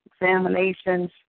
examinations